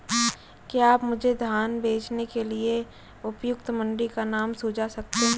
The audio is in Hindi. क्या आप मुझे धान बेचने के लिए उपयुक्त मंडी का नाम सूझा सकते हैं?